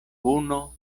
unu